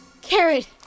Carrot